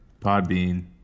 Podbean